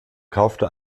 kaufte